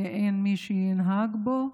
כי אין מי שינהג בשבילו,